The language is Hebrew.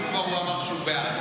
אם כבר הוא אמר שהוא בעד,